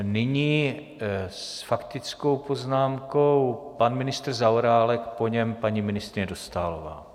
Nyní s faktickou poznámkou pan ministr Zaorálek, po něm paní ministryně Dostálová.